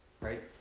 right